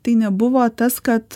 tai nebuvo tas kad